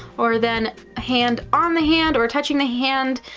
or then hand on the hand or touching the hand,